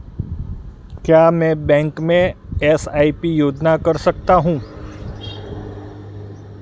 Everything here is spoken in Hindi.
क्या मैं बैंक में एस.आई.पी योजना कर सकता हूँ?